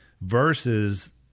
versus